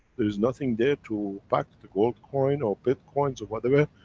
there's nothing there to back the gold coin or bitcoins or whatever,